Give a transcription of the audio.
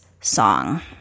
song